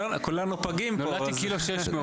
לא, כולנו פגים, נולדתי קילו ו-600 גרם.